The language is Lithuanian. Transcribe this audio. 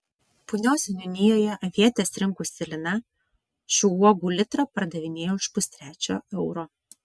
punios seniūnijoje avietes rinkusi lina šių uogų litrą pardavinėjo už pustrečio euro